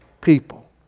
people